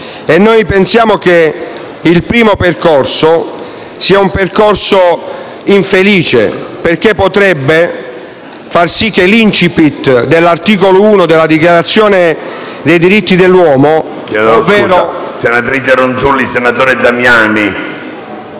Noi pensiamo che il primo percorso sia un percorso infelice, perché potrebbe far sì che l'*incipit* dell'articolo 1 della Dichiarazione dei diritti dell'uomo, ovvero